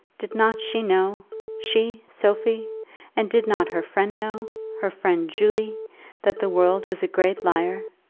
did not she know she, sophie and did not her friend know her friend julie that the world was a great liar?